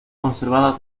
conservada